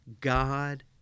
God